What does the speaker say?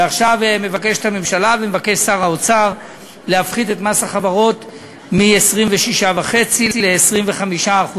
עכשיו מבקשת הממשלה ומבקש שר האוצר להפחית את מס החברות מ-26.5% ל-25%.